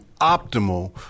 optimal